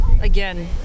again